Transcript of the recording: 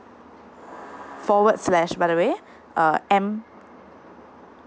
forward slash by the way uh M